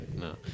no